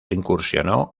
incursionó